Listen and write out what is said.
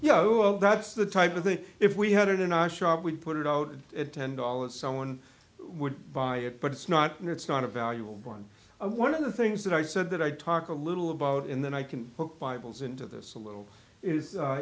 yeah well that's the type of thing if we had it or not shop we put it out at ten dollars someone would buy it but it's not and it's not a valuable bond one of the things that i said that i'd talk a little about in that i can book bibles into this a little is